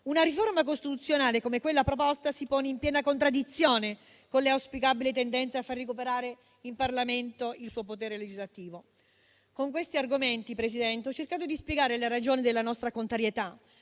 una riforma costituzionale come quella proposta si pone in piena contraddizione con le auspicabili tendenze a far recuperare al Parlamento il suo potere legislativo. Con questi argomenti, Presidente, ho cercato di spiegare le ragioni della nostra contrarietà.